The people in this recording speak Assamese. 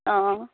অঁ